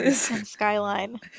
Skyline